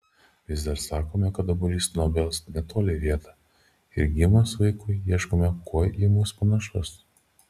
vis dar sakome kad obuolys nuo obels netoli rieda ir gimus vaikui ieškome kuo į mus panašus